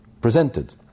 presented